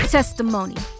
Testimony